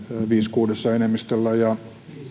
kuudesosan enemmistöllä ja